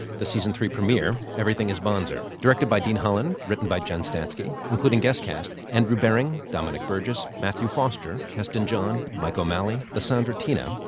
the season three premier everything is bonzer! directed by dean holland, written by jen statsky, including guest cast andrew bering, dominic burgess, matthew foster, keston john, mike o'malley, lisandra tena,